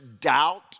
doubt